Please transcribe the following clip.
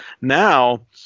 Now